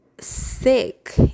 Sick